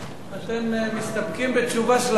אתם מסתפקים בתשובה של השר?